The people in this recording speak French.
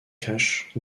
cachent